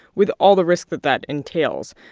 with all the risk that that entails.